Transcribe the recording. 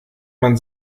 man